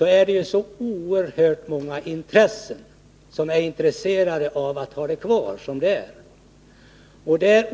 är det oerhört många som är intresserade av att ha det som det är.